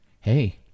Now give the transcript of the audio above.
hey